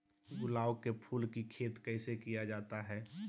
गुलाब के फूल की खेत कैसे किया जाता है?